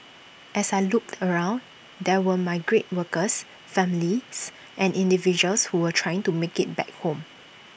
as I looked around there were migrant workers families and individuals who were trying to make IT back home